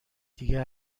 دیگه